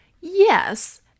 yes